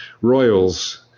royals